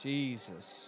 Jesus